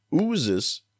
oozes